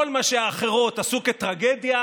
כל מה שהאחרות עשו כטרגדיה,